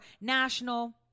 national